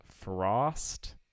Frost